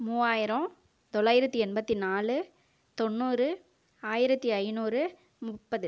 மூவாயிரம் தொள்ளாயிரத்து எண்பத்து நாலு தொண்ணூறு ஆயிரத்து ஐந்நூறு முப்பது